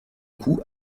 coup